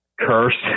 curse